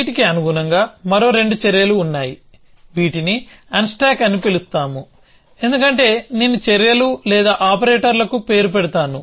వీటికి అనుగుణంగా మరో రెండు చర్యలు ఉన్నాయివీటిని అన్స్టాక్ అని పిలుస్తాము ఎందుకంటే నేను చర్యలు లేదా ఆపరేటర్లకు పేరు పెడతాను